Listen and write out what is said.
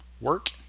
work